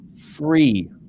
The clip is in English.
free